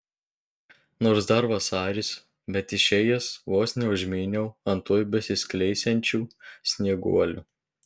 nors dar vasaris bet išėjęs vos neužmyniau ant tuoj besiskleisiančių snieguolių